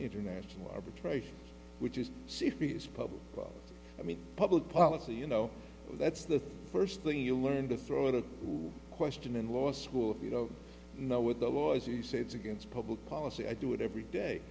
international arbitration which is safety is public i mean public policy you know that's the first thing you learn to throw in a question in law school you don't know what the law is a set against public policy i do it every day